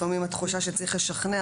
לפעמים התחושה שצריך לשכנע